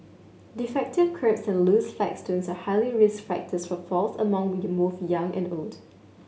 defective kerbs and loose flagstones are highly risk factors for falls among both young and old